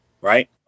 Right